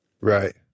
Right